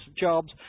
Jobs